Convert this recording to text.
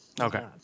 Okay